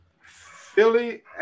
Philly